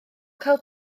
cael